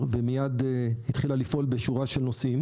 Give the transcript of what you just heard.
ומיד התחילה לפעול בשורה של נושאים,